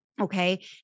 Okay